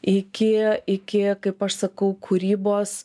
iki iki kaip aš sakau kūrybos